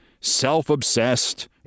self-obsessed